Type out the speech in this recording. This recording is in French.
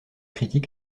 critiques